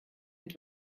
mit